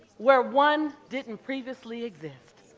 where one didn't previously exist.